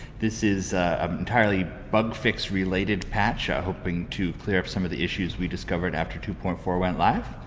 this is an um entirely bug fix related patch ah hoping to clear up some of the issues we discovered after two point four went live,